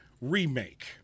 remake